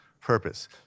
purpose